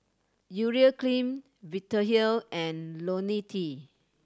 Urea Cream Vitahealth and Lonil T